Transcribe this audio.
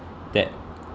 that